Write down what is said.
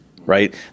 Right